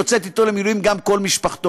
יוצאת אתו למילואים גם כל משפחתו.